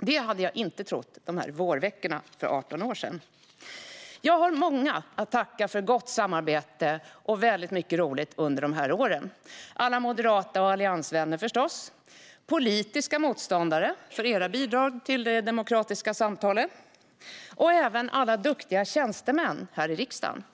Det hade jag inte trott de där vårveckorna för 18 år sedan! Jag har många att tacka för gott samarbete och väldigt mycket roligt under dessa år: alla vänner i Moderaterna och Alliansen förstås, politiska motståndare, för era bidrag till det demokratiska samtalet, och även alla duktiga tjänstemän här i riksdagen.